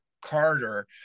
carter